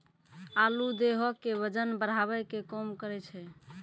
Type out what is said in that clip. आलू देहो के बजन बढ़ावै के काम करै छै